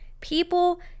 People